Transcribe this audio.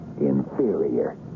inferior